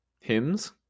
Hymns